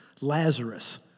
Lazarus